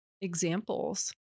examples